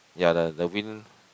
ya the the wind